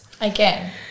Again